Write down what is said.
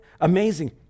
amazing